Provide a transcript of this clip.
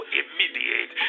immediate